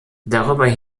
darüber